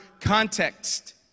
context